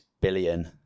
billion